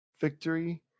Victory